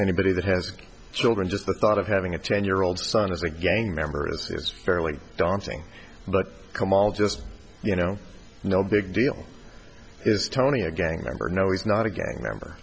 anybody that has children just the thought of having a ten year old son as a gang member as it's fairly daunting but come all just you know no big deal is tony a gang member no he's not a gang member